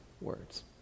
words